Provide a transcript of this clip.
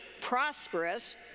prosperous